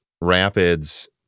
Rapids